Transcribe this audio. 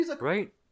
Right